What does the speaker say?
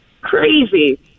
crazy